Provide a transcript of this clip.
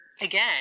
again